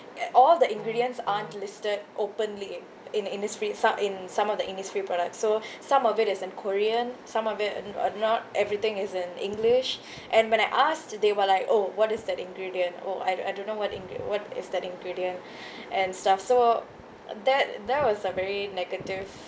all the ingredients aren't listed openly in Innisfree so~ in some of the Innisfree products so some of it is in korean some of it are are not everything is in english and when I asked they were like oh what is that ingredient oh I don't I don't know what ingre~ what is that ingredient and stuff so that that was a very negative